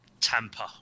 tamper